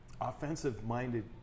offensive-minded